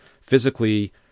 physically